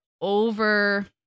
over